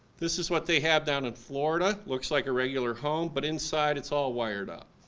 this is what they have down in florida, looks like a regular home but inside it's all wired up.